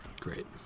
Great